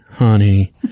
Honey